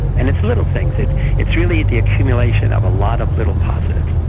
and it's little things, it's it's really the accumulation of a lot of little positives.